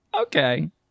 Okay